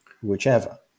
whichever